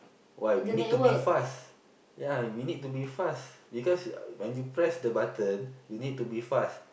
why we need to be fast ya we need to be fast because when you press the button you need to be fast